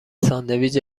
ساندویچ